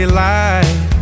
light